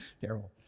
terrible